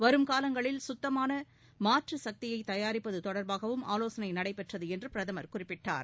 வருங்காலங்களில் சுத்தமான மாற்று சக்தியை தயாரிப்பது தொடர்பாகவும் ஆலோசனை நடைபெற்றது என்று பிரதமர் குறிப்பிட்டார்